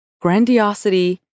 grandiosity